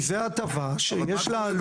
כי זו הטבה שיש לה עלות.